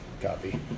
Copy